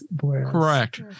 Correct